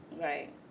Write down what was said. Right